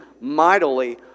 mightily